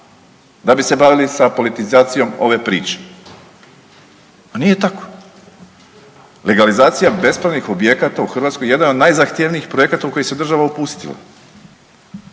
Da bi se bavili sa politizacijom ove priče. A nije tako. Legalizacija bespravnih objekata u Hrvatskoj jedna je od najzahtjevnijih projekata u koji se država upustila.